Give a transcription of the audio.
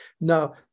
Now